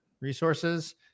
Resources